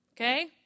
okay